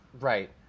Right